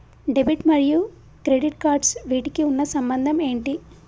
Debit మరియు credit cards వీటికి ఉన్న సంబంధం ఏంటి?